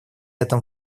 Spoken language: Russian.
этом